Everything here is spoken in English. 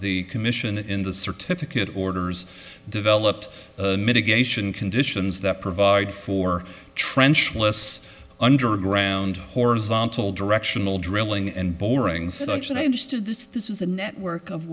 the commission in the certificate orders developed mitigation conditions that provide for trench lifts underground horizontal directional drilling and boring suction i understood this this was a network of